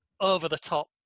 over-the-top